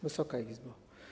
Wysoka Izbo!